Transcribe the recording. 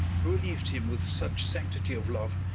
reliev'd him with such sanctity of love,